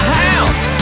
house